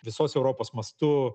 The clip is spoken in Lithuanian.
visos europos mastu